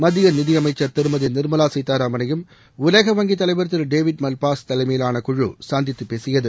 மத்திய நிதியமைச்சா் திருமதி நிாமலா சீதாராமனையும் உலக வங்கி தலைவா் திரு டேவிட் மல்பாஸ் தலைமையிலான குழு சந்தித்து பேசியது